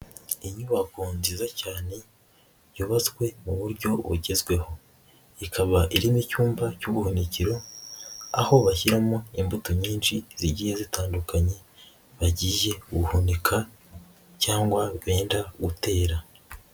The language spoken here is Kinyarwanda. Inyubako nziza cyane yubatswe mu buryo bugezweho ikaba irimo icyumba cy'ubuhunikiro, aho bashyiramo imbuto nyinshi zigiye zitandukanye bagiye guhunika cyangwa benda gutera.